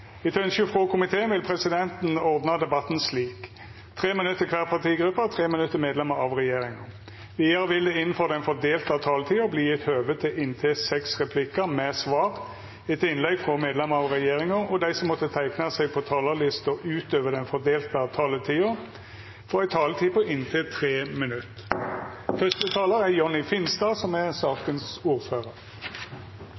Etter ønske frå komiteen vil presidenten ordna debatten slik: 3 minutt til kvar partigruppe og 3 minutt til medlemer av regjeringa. Vidare vil det – innanfor den fordelte taletida – verta gjeve høve til inntil seks replikkar med svar etter innlegg frå medlemer av regjeringa, og dei som måtte teikna seg på talarlista utover den fordelte taletida, får òg ei taletid på inntil 3 minutt.